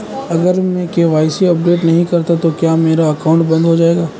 अगर मैं KYC update नहीं करता तो क्या मेरा अकाउंट बंद हो जाएगा?